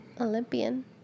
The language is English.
Olympian